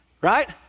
right